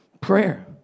Prayer